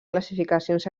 classificacions